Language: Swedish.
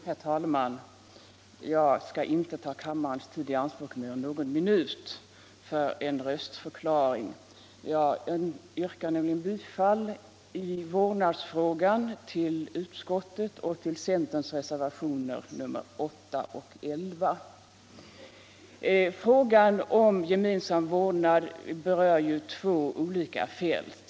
Herr talman! Jag skall inte ta kammarens tid i anspråk mer än någon minut, för en röstförklaring. Jag yrkar i vårdnadsfrågan bifall till centerns reservationer 8 och 11 och i övrigt till utskottets hemställan. Frågan om gemensam vårdnad berör två olika fält.